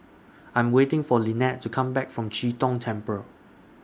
I'm waiting For Linette to Come Back from Chee Tong Temple